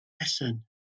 listen